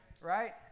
right